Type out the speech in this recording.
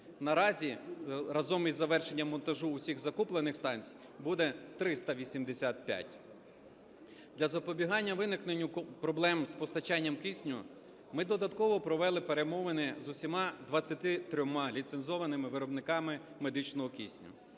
наразі, разом із завершенням монтажу усіх закуплених станцій, буде 85. Для запобігання виникненню проблем з постачанням кисню, ми додатково провели перемовини з усіма 23 ліцензованими виробниками медичного кисню,